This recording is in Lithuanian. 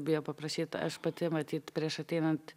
bijo paprašyt aš pati matyt prieš ateinant